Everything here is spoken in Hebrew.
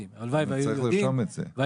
הלוואי והיו יודעים, הם לא יודעים.